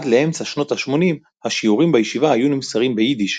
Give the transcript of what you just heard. עד לאמצע שנות ה-80 השיעורים בישיבה היו נמסרים ביידיש,